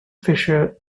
fischer